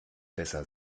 besser